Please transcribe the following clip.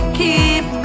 keep